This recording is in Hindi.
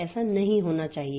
ऐसा नहीं होना चाहिए